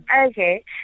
Okay